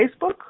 Facebook